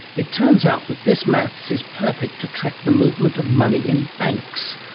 it turns out that this maths is perfect to track the movement of money in banks.